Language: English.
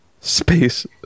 space